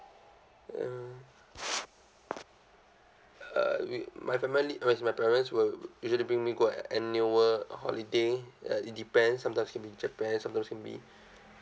hmm uh wi~ my family my parents will usually bring me go an annual holiday uh it depends sometimes can be japan sometimes can be